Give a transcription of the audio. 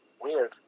Weird